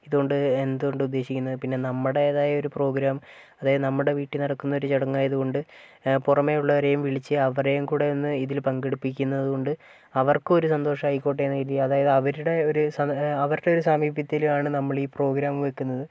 അതുകൊണ്ട് എന്തുകൊണ്ടും ഉദ്ദേശിക്കുന്നത് പിന്നെ നമ്മടേതായൊരു പ്രോഗ്രാം അതായത് നമ്മടെ വീട്ടിൽ നടക്കുന്നൊരു ചടങ്ങായതുകൊണ്ട് പുറമേയുള്ളവരെയും വിളിച്ച് അവരെയും കൂടെ ഒന്ന് ഇതില് പങ്കെടുപ്പിക്കുന്നത് കൊണ്ട് അവർക്കൊരു സന്തോഷായിക്കോട്ടെ എന്ന് കരുതി അതായത് അവരുടെ ഒര് സ അവരുടെ ഒരു സാമീപ്യത്തിലാണ് നമ്മളീ പ്രോഗ്രാമ് വെക്കുന്നത്